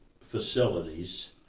facilities